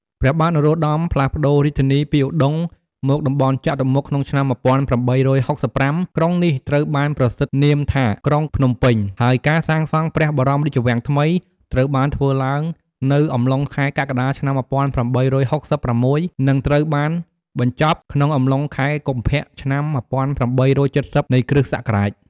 ព្រះបាទ នរោត្តម ផ្លាស់ប្ដូររាជធានី ពីឧដុង្គ មកតំបន់ចតុមុខ ក្នុងឆ្នាំ ១៨៦៥ ក្រុងនេះត្រូវបានប្រសិទ្ធនាមថា ក្រុងភ្នំពេញ ហើយការសាងសង់ព្រះបរមរាជវាំងថ្មី ត្រូវបានធ្វើឡើងនៅអំឡុងខែ កក្កដា ឆ្នាំ ១៨៦៦ និង ត្រូវបានបញ្ចប់ក្នុងអំឡុង ខែកុម្ភៈ ឆ្នាំ ១៨៧០ នៃគ.សករាជ ។